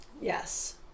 yes